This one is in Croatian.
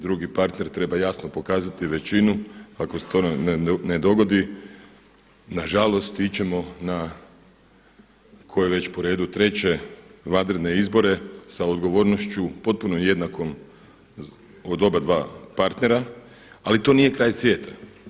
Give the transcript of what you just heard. Drugi partner treba jasno pokazati većinu ako se to ne dogodi, nažalost ići ćemo na koje već po redu, 3. vanredne izbore sa odgovornošću potpuno jednakom od obadva partnera, ali to nije kraj svijeta.